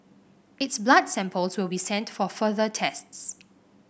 its blood samples will be sent for further tests